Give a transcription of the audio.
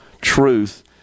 truth